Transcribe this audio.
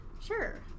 sure